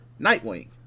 Nightwing